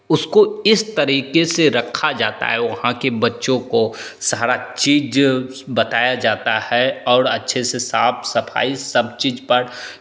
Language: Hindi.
उसको इस तरीके से रखा जाता है वहाँ के बच्चों को सारा चीज़ बताया जाता है और अच्छे से साफ सफाई सब चीज़ पर